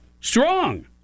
strong